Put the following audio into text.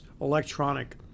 electronic